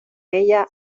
ella